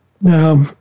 Now